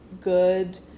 good